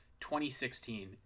2016